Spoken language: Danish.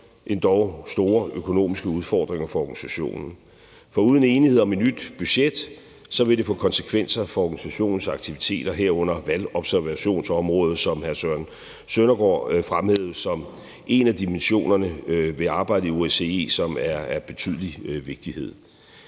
endog store økonomiske udfordringer for organisationen. For uden enighed om et nyt budget vil det få konsekvenser for organisationens aktiviteter, herunder valgobservationsområdet, som hr. Søren Søndergaard fremhævede som en af dimensionerne ved arbejdet i OSCE, som er af betydelig vigtighed.